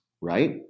right